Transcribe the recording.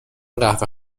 قهوه